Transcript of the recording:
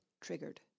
triggered